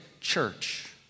church